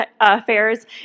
Affairs